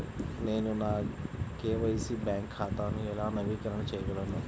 నేను నా KYC bank ఖాతాను ఎలా నవీకరణ చేయగలను?